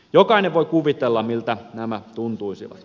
jokainen voi kuvitella miltä nämä tuntuisivat